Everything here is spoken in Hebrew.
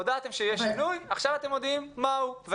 הודעתם שיש שינוי, ועכשיו אתם מודיעים מהו.